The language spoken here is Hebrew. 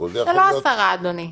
זה לא עשרה, אדוני.